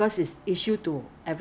I have never come across that lah